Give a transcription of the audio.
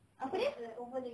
apa dia